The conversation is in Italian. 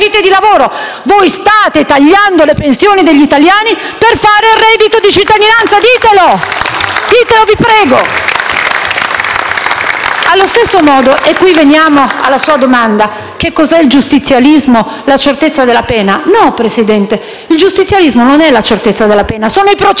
Voi state tagliando le pensioni degli italiani per fare il reddito di cittadinanza: ditelo! Ditelo, vi prego. *(Applausi dai Gruppi FI-BP e FdI)*. E ora veniamo alla sua domanda su che cos'è il giustizialismo: la certezza della pena? No, Presidente, il giustizialismo non è la certezza della pena: sono i processi infiniti,